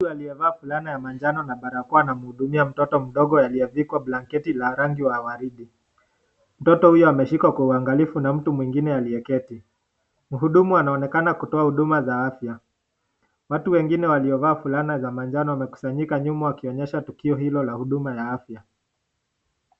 Mtu aliyevaa fulana ya manjano na barakoa anamhudumia mtoto mdogo aliyevikwa blanketi la rangi wa waridi. Mtoto huyu ameshikwa kwa uwangalifu na mtu mwingine aliyeketi. Mhudumu anaonekana kutoa huduma za afya watu wengine waliovaa fulana za manjano wamekusanyika nyuma wakionyesha tukio hiyo ya huduma ya afya.